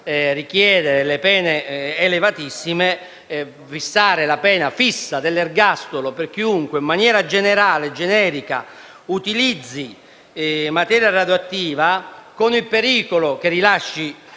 richiedere pene elevatissime, stabilire la pena fissa dell'ergastolo per chiunque, in maniera generale e generica, utilizzi un ordigno nucleare con il pericolo che rilasci